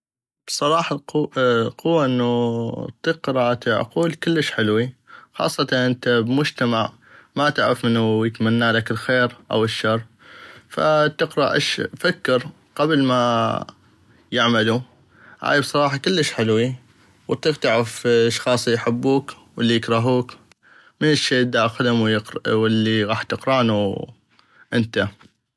بصراحة القوة انو اطيق قراءة العقول كلش حلوي خاصة انت بمجتمع ما تعغف منو يتمنالك الخير او الشر فتقرا اش فكر قبل ما يعملو هاي بصراحة كلش حلوي واطيق تعغف الاشخاص الي يحبوك والي يكرهوك من الشي الداخلم والي غاح تقرانو انت.